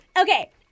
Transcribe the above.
Okay